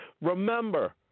remember